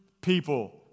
people